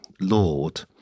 lord